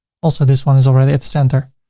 also, this one is already at the center.